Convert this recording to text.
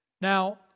Now